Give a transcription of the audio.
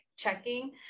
checking